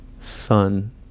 son